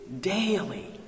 Daily